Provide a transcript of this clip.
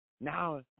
Now